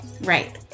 Right